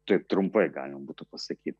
taip trumpai galima būtų pasakyt